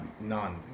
none